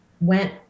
went